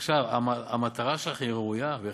עכשיו, המטרה שלך ראויה בהחלט.